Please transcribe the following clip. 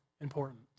important